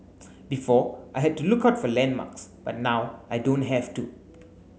before I had to look out for landmarks but now I don't have to